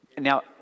now